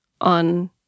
on